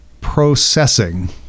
processing